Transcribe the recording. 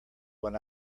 when